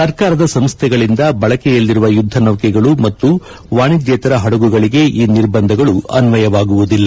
ಸರ್ಕಾರದ ಸಂಸ್ಥೆಗಳಿಂದ ಬಳಕೆಯಲ್ಲಿರುವ ಯುದ್ದ ನೌಕೆಗಳು ಮತ್ತು ವಾಣಿಜ್ಯೇತರ ಹದಗುಗಳಿಗೆ ಈ ನಿರ್ಬಂಧಗಳು ಅನ್ವಯವಾಗುವುದಿಲ್ಲ